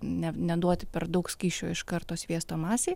ne neduoti per daug skysčio iš karto sviesto masei